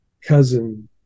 cousin